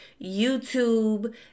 YouTube